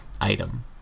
item